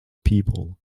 people